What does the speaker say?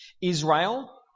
Israel